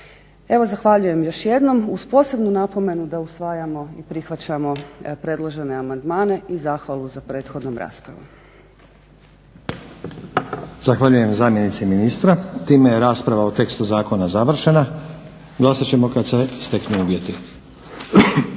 Evo zahvaljujem još jednom, uz posebnu napomenu da usvajamo i prihvaćamo predložene amandmane i zahvalu za prethodnom raspravom. **Stazić, Nenad (SDP)** Zahvaljujem zamjenici ministra. Time je rasprava o tekstu zakona završena. Glasat ćemo kada se steknu uvjeti.